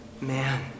man